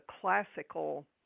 classical